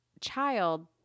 child